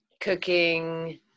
cooking